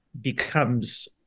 becomes